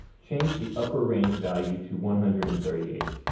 change the upper range value to one hundred and thirty eight.